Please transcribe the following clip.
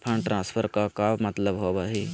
Fund transfer के का मतलब होव हई?